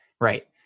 Right